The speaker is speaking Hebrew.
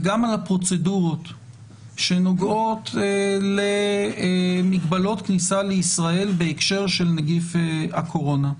וגם בפרוצדורות שנוגעות למגבלות כניסה לישראל בהקשר של נגיף הקורונה.